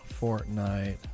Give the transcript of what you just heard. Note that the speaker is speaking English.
Fortnite